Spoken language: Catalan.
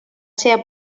ser